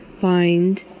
find